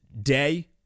Day